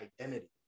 identity